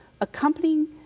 accompanying